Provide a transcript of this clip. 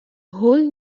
whole